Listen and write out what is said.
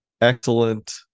excellent